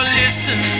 listen